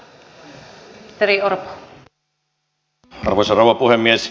arvoisa rouva puhemies